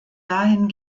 dahin